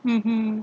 mmhmm